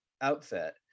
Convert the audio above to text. outfit